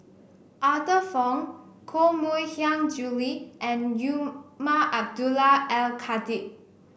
Arthur Fong Koh Mui Hiang Julie and Umar Abdullah Al Khatib